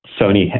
Sony